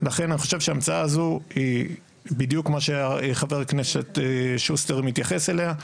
לכן אני חושב שההמצאה הזאת היא בדיוק מה שחבר הכנסת שוסטר מתייחס אליה.